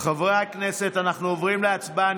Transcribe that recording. חברי הכנסת, אנחנו עוברים להצבעה.